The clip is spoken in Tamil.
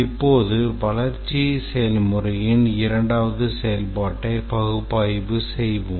இப்போது வளர்ச்சி செயல்முறையின் இரண்டாவது செயல்பாட்டை பகுப்பாய்வு செய்வோம்